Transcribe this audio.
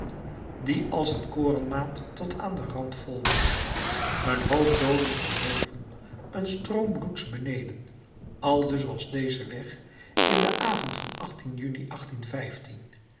die als een korenmaat tot aan den rand vol was een hoop dooden van boven een stroom bloeds beneden aldus was deze weg in den avond van juni